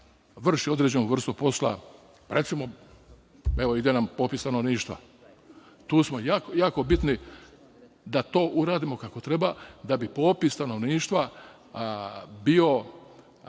vrši određenu vrstu posla. Recimo, evo ide nam popis stanovništva, tu smo jako bitni da to uradimo kako treba, da bi popis stanovništva bio